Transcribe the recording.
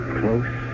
close